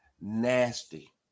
Nasty